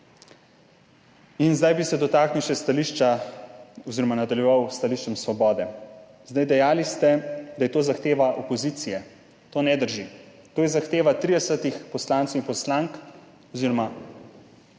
Zdaj bi se dotaknil še stališča oziroma nadaljeval s stališčem Svobode. Dejali ste, da je to zahteva opozicije. To ne drži. To je zahteva 30 poslancev in poslank oziroma več